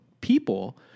people